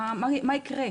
מה יקרה?